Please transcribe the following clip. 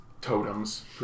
totems